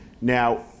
Now